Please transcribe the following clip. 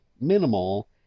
minimal